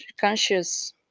conscious